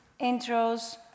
intros